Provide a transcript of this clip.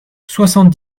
soixante